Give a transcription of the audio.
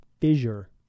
fissure